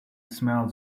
smells